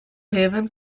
haven